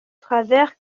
travers